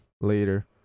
later